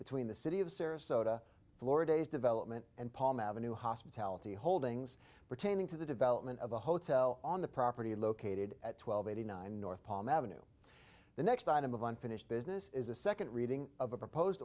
between the city of sarasota florida is development and palm avenue hospitality holdings pertaining to the development of a hotel on the property located at twelve eighty nine north palm ave the next item of unfinished business is a second reading of a proposed